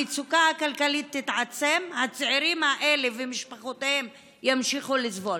המצוקה הכלכלית תתעצם והצעירים האלה ומשפחותיהם ימשיכו לסבול.